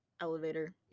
Elevator